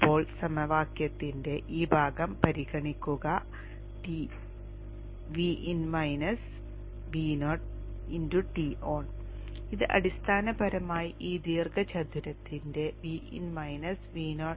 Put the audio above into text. ഇപ്പോൾ സമവാക്യത്തിന്റെ ഈ ഭാഗം പരിഗണിക്കുക Ton ഇത് അടിസ്ഥാനപരമായി ഈ ദീർഘചതുരത്തിന്റെ Ton ആണ്